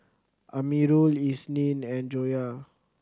Amirul Isnin and Joyah